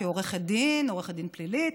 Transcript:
כעורכת דין פלילית.